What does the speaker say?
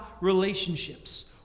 relationships